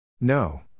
No